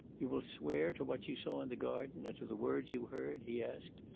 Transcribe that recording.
you will swear to what you saw in the garden and to the words you heard? he asked.